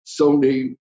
Sony